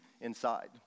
inside